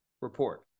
report